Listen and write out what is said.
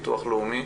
מביטוח לאומי